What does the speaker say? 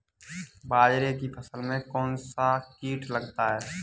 बाजरे की फसल में कौन सा कीट लगता है?